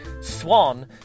Swan